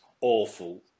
awful